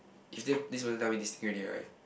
if them this one tell me this thing already right